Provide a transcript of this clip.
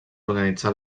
organitzar